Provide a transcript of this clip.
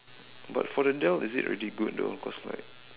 but for the Dell is it really good though cause like